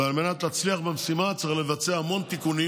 ועל מנת להצליח במשימה צריך לבצע המון תיקונים